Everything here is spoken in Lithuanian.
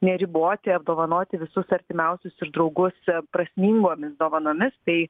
neriboti apdovanoti visus artimiausius ir draugus prasmingomis dovanomis tai